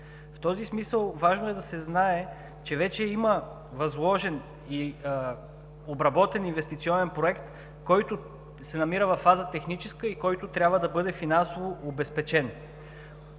В този смисъл важно е да се знае, че вече има възложен и обработен инвестиционен проект, който се намира в техническа фаза и който трябва да бъде финансово обезпечен.